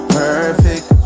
perfect